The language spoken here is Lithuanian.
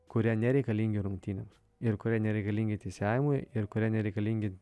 kurie nereikalingi rungtynėms ir kurie nereikalingi teisėjavimui ir kurie nereikalingi